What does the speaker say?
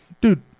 Dude